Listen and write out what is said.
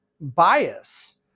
bias